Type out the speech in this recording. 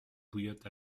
bouillotte